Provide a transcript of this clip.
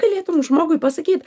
galėtum žmogui pasakyt